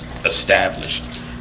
Established